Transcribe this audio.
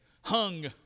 hung